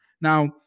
now